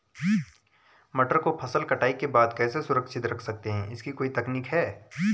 मटर को फसल कटाई के बाद कैसे सुरक्षित रख सकते हैं इसकी कोई तकनीक है?